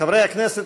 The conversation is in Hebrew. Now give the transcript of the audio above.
חברי הכנסת,